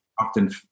often